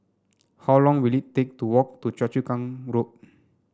how long will it take to walk to Choa Chu Kang Road